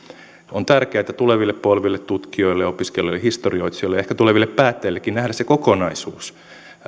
on tärkeää tuleville polville tutkijoille opiskelijoille historioitsijoille ehkä tuleville päättäjillekin nähdä se kokonaisuus